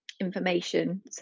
information